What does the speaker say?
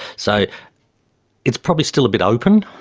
so it's probably still a bit open.